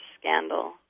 scandal